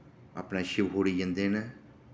अपने शिव कोड़ी जन्दे न